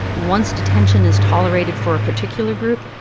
once detention is tolerated for a particular group,